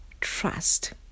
trust